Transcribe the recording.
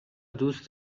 دوست